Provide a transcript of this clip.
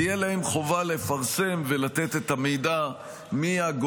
תהיה להם חובה לפרסם ולתת את המידע על הגורם